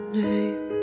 name